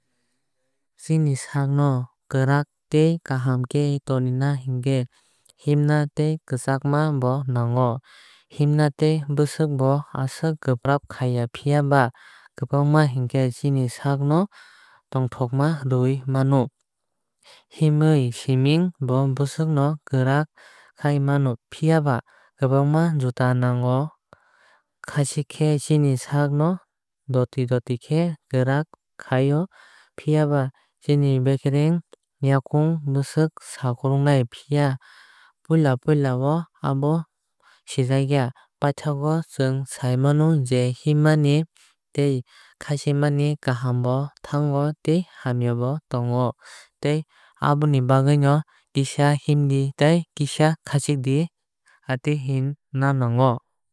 Chini sak no kwrak tei kaham khe tonina hinkhe himna tei khachikna bo nango. Himma khe bwsak no asuk kwrak khaiya phiaba kwbangma himkhe chini saak no tongthokma ruui mano. Himui siming bo bwsak no kwrak khai mano phiaba kwbangma jota nango. Khachik khe chini sak no doti doti khe kwarak khai o phiaba chini bekereng yakung bwsak sakrubnai phia puila puila o abo sijakya. Paithak go chwng sai mano je himmani tei khachikmani kaham bo tongo tei hamya bo tongo tei aboni bagwui no kisa himdi tai kisa khachidi atwui hinna nango.